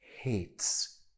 hates